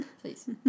Please